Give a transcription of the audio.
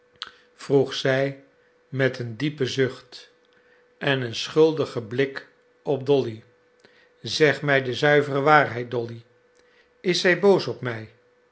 vroeg zij met een diepen zucht en een schuldigen blik op dolly zeg mij de zuivere waarheid dolly is zij boos op mij